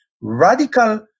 radical